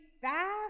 fast